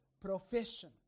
profession